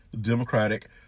Democratic